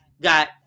got